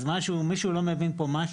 אז מישהו לא מבין פה משהו.